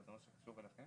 זה נכון.